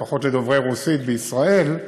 לפחות לדוברי רוסית בישראל,